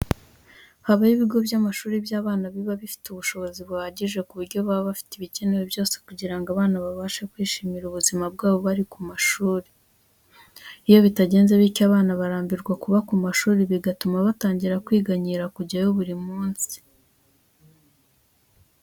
Habaho ibigo by'amashuri by'abana biba bifite ubushobozi buhagije ku buryo baba bafite ibikenewe byose kugira ngo abana babashe kwishimira ubuzima bwabo bari ku mashuri. Iyo bitagenze bityo abana barambirwa kuba ku mashuri bigatuma batangira kwiganyira kujyayo buri munsi.